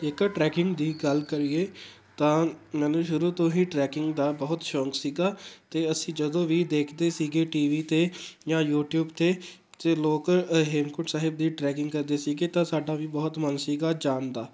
ਜੇਕਰ ਟਰੈਕਿੰਗ ਦੀ ਗੱਲ ਕਰੀਏ ਤਾਂ ਮੈਨੂੰ ਸ਼ੁਰੂ ਤੋਂ ਹੀ ਟਰੈਕਿੰਗ ਦਾ ਬਹੁਤ ਸ਼ੌਂਕ ਸੀਗਾ ਅਤੇ ਅਸੀਂ ਜਦੋਂ ਵੀ ਦੇਖਦੇ ਸੀਗੇ ਟੀ ਵੀ 'ਤੇ ਜਾਂ ਯੂਟਿਊਬ 'ਤੇ ਅਤੇ ਲੋਕ ਹੇਮਕੁੰਟ ਸਾਹਿਬ ਦੀ ਟਰੈਕਿੰਗ ਕਰਦੇ ਸੀਗੇ ਤਾਂ ਸਾਡਾ ਵੀ ਬਹੁਤ ਮਨ ਸੀਗਾ ਜਾਨ ਦਾ